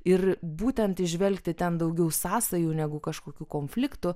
ir būtent įžvelgti ten daugiau sąsajų negu kažkokių konfliktų